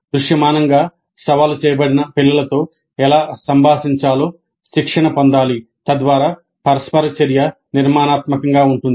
దృశ్యమానంగా సవాలు చేయబడిన పిల్లలతో ఎలా సంభాషించాలో శిక్షణ పొందాలి తద్వారా పరస్పర చర్య నిర్మాణాత్మకంగా ఉంటుంది